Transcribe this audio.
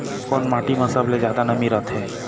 कोन माटी म सबले जादा नमी रथे?